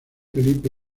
felipe